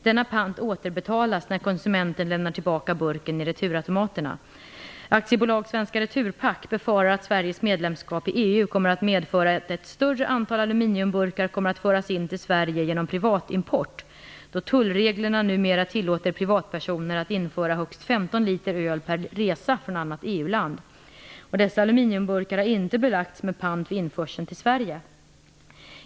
Denna pant återbetalas när konsumenten lämnar tillbaka burken i returautomaterna. AB Svenska Returpack befarar att Sveriges medlemskap i EU kommer att medföra att ett större antal aluminiumburkar kommer att föras in till Sverige genom privatimport då tullreglerna numera tillåter privatpersoner att införa högst 15 liter öl per resa från annat EU-land. Dessa aluminiumburkar har inte belagts med pant vid införseln till Sverige.